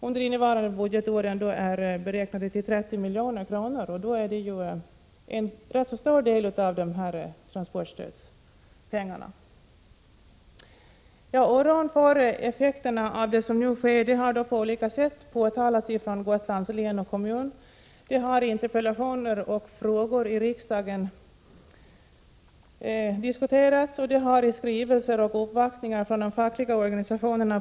Under innevarande budgetår är dessa avgifter beräknade till 30 milj.kr., vilket är en ganska stor del av transportstödspengarna. Oron för effekterna av det som nu sker har på olika sätt påtalats från Gotlands län och kommun. Effekterna har även diskuterats vid interpellationsoch frågedebatter i riksdagen. De har även på ett tidigt stadium påtalats i skrivelser och vid uppvaktningar från de fackliga organisationerna.